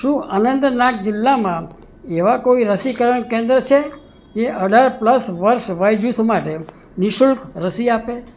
શું અનંતનાગ જિલ્લામાં એવાં કોઈ રસીકરણ કેન્દ્ર છે જે અઢાર પ્લસ વર્ષ વયજૂથ માટે નિઃશુલ્ક રસી આપે